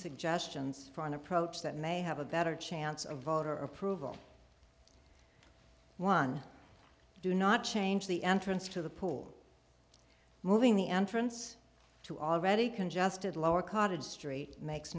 suggestions for an approach that may have a better chance of voter approval one do not change the entrance to the pool moving the entrance to already congested lower cottage street makes